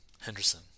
Henderson